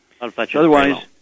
Otherwise